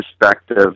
perspective